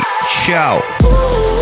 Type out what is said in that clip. Ciao